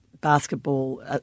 Basketball